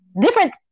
different